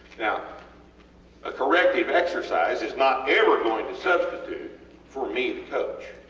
now a corrective exercise is not ever going to substitute for me, the coach,